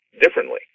differently